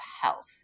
health